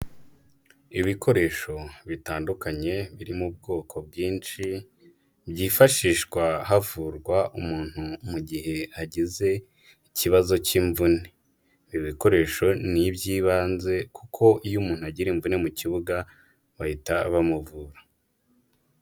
Ibikoresho bitandukanye birimo ubwoko bwinshi byifashishwa havurwa umuntu mu gihe agize ikibazo cy'imvune. Ibi bikoresho ni iby'ibanze kuko iyo umuntu agiriye imvune mu kibuga bahita bamuvura.